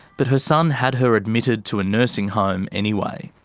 but her son had her admitted to a nursing home anyway.